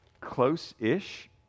Close-ish